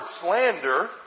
slander